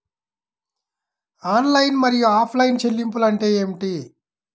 Online మరియు offline చెల్లింపులు అంటే ఏమిటి?